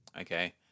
Okay